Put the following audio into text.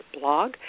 blog